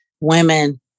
Women